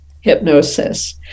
hypnosis